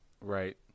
Right